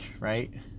right